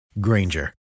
Granger